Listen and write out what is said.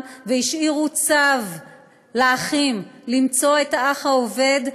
והשאירו צו לאחים למצוא את האח האובד,